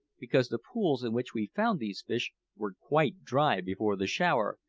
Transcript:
because the pools in which we found these fish were quite dry before the shower,